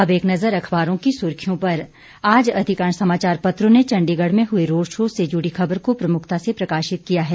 अब एक नजर अखबारों की सुर्खियों पर आज अधिकांश समाचार पत्रों ने चंडीगढ़ में हुए रोड शो से जुड़ी खबर को प्रमुखता से प्रकाशित किया है